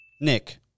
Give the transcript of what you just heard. Nick